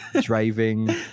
driving